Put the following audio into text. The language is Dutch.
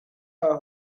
haar